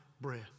breath